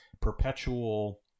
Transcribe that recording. perpetual